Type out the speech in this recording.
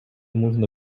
можна